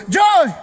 joy